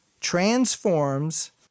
transforms